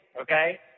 Okay